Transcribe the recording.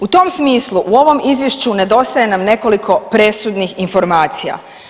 U tom smislu u ovom izvješću nedostaje nam nekoliko presudnih informacija.